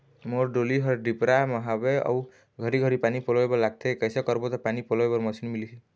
मोर डोली हर डिपरा म हावे अऊ घरी घरी पानी पलोए बर लगथे कैसे करबो त पानी पलोए बर मशीन मिलही?